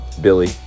Billy